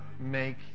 make